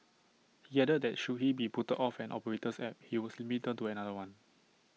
he added that should he be put off an operator's app he would simply turn to another one